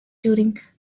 during